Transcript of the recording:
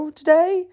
today